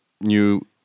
new